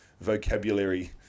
vocabulary